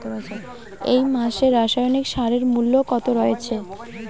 এই মাসে রাসায়নিক সারের মূল্য কত রয়েছে?